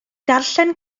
darllen